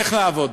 לך לעבוד.